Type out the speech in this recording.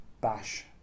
bash